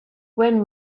when